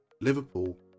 Liverpool